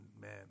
man